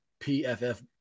PFF